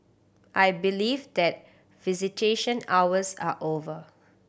I believe that visitation hours are over